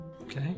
Okay